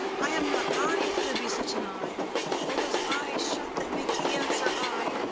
i am not i, if there be such an i or those eyes shut that make thee answer i.